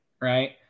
Right